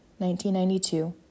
1992